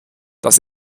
das